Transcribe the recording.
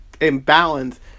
imbalance